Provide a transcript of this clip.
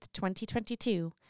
2022